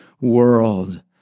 world